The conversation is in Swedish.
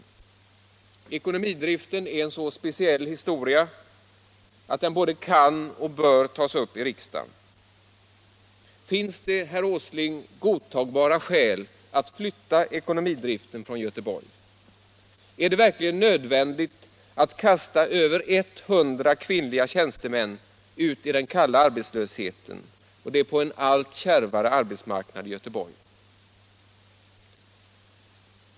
Flyttningen av ekonomidriften är en så speciell historia att den både kan och bör tas upp i riksdagen. Finns det, herr Åsling, godtagbara skäl att flytta ekonomidriften från Göteborg? Är det verkligen nödvändigt att kasta över 100 kvinnliga tjänstemän ut i den kalla arbetslösheten, och det på en allt kärvare arbetsmarknad i Göteborg?